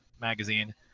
Magazine